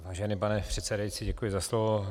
Vážený pane předsedající, děkuji za slovo.